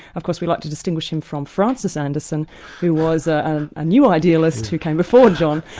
of course we like to distinguish him from francis anderson who was a ah new idealist who came before john.